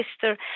sister